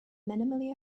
minimally